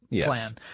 plan